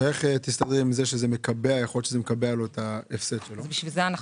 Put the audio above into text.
ומה אם זה מקבע לו הפסדים?